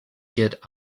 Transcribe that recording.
get